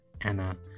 Anna